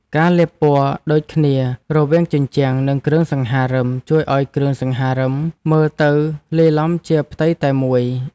ការលាបពណ៌ដូចគ្នារវាងជញ្ជាំងនិងគ្រឿងសង្ហារិមជួយឱ្យគ្រឿងសង្ហារិមមើលទៅលាយឡំជាផ្ទៃតែមួយ។